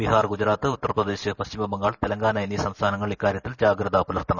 ബീഹാർ ഗുജറാത്ത് ഉത്തർപ്രദേശ് പശ്ചിമ ബംഗാൾ തെലങ്കാന എന്നീ സംസ്ഥാനങ്ങൾ ഇക്കാരൃത്തിൽ ജാഗ്രത പുലർത്തണം